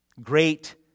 Great